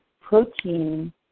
protein